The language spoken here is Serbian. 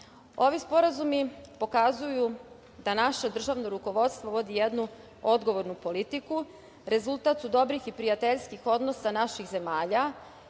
sporazumi pokazuju da naše državno rukovodstvo vodi jednu odgovornu politiku. Rezultat su dobrih i prijateljskih odnosa naših zemalja